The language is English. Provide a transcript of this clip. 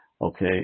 Okay